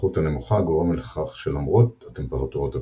הלחות הנמוכה גורמת לכך שלמרות הטמפרטורות הגבוהות,